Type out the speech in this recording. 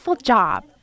job